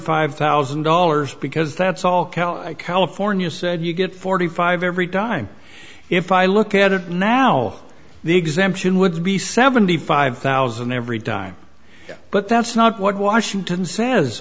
five thousand dollars because that's all cal california said you get forty five every time if i look at it now the exemption would be seventy five thousand every time but that's not what washington says